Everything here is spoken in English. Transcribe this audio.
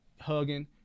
hugging